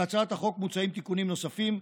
בהצעת החוק מוצעים תיקונים נוספים,